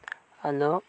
ᱟᱫᱚ